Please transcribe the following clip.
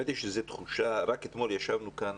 יש איזו תחושה, רק אתמול ישבנו כאן